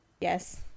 Yes